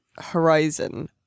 Horizon